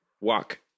walk